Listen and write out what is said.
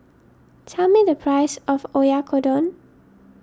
tell me the price of Oyakodon